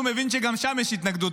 כשהוא מבין שגם שם יש התנגדות,